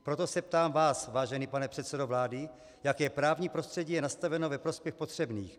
Proto se ptám vás, vážený pane předsedo vlády, jaké právní prostředí je nastaveno ve prospěch potřebných.